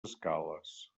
escales